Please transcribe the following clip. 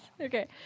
Okay